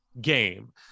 game